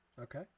Okay